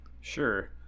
sure